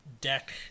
deck